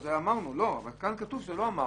אבל כאן כתוב שלא אמרנו,